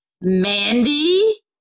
Mandy